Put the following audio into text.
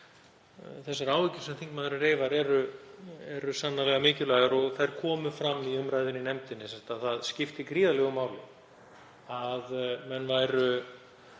Þær áhyggjur sem þingmaðurinn reifar eru sannarlega mikilvægar og kom fram í umræðunni í nefndinni að það skiptir gríðarlegu máli að menn væru